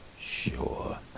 Sure